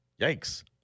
Yikes